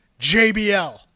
jbl